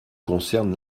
concerne